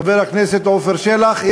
חבר הכנסת עפר שלח?